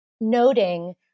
noting